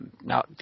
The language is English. Now